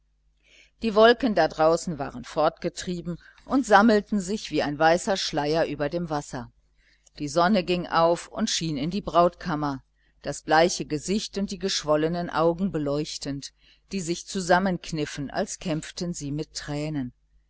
die wolken da draußen waren fortgetrieben und sammelten sich wie ein weißer schleier über dem wasser die sonne ging auf und schien in die brautkammer das bleiche gesicht und die geschwollenen augen beleuchtend die sich zusammenkniffen als kämpften sie mit tränen